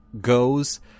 goes